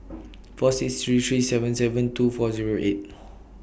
four six three three seven seven two four Zero eight